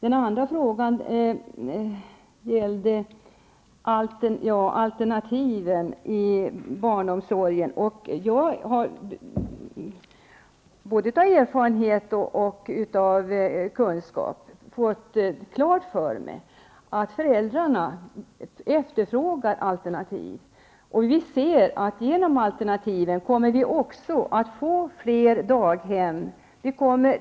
En annan fråga gällde alternativen i barnomsorgen. Jag har både av erfarenhet och genom kunskap fått klart för mig att föräldrarna efterfrågar alternativ. Vi ser att vi genom alternativen kommer att få fler daghem.